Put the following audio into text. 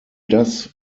das